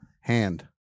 hand